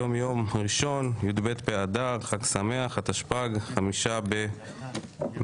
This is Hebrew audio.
היום יום ראשון, י"ב באדר התשפ"ג 5 במרץ.